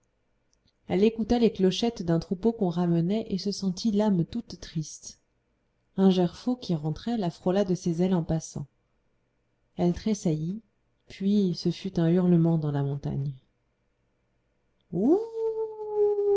elle écouta les clochettes d'un troupeau qu'on ramenait et se sentit l'âme toute triste un gerfaut qui rentrait la frôla de ses ailes en passant elle tressaillit puis ce fut un hurlement dans la montagne